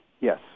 Yes